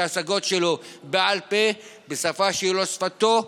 ההשגות שלו בעל פה בשפה שהיא לא שפתו,